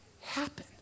happen